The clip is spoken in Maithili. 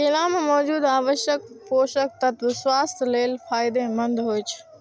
केला मे मौजूद आवश्यक पोषक तत्व स्वास्थ्य लेल फायदेमंद होइ छै